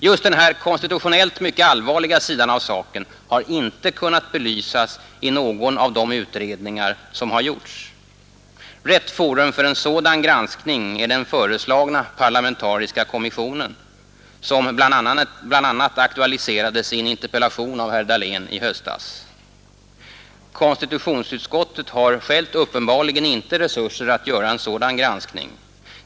Just denna konstitutionellt mycket allvarliga sida av saken har inte kunnat belysas i någon av de utredningar som har gjorts. Rätt forum för en sådan granskning är den föreslagna parlamentariska kommission som bl.a. aktualiserades i en interpellation av herr Dahlén i höstas. Konstitutionsutskottet har självt uppenbarligen inte resurser att göra en sådan granskning.